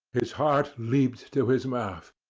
his heart leapt to his mouth,